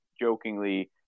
jokingly